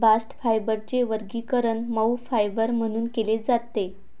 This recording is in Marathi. बास्ट फायबरचे वर्गीकरण मऊ फायबर म्हणून केले जाते